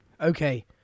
Okay